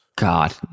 God